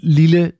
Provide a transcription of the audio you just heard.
lille